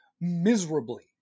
miserably